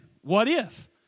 what-if